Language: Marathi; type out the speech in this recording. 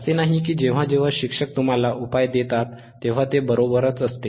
असे नाही की जेव्हा जेव्हा शिक्षक तुम्हाला उपाय देतात तेव्हा ते बरोबरच असते